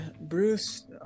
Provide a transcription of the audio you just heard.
Bruce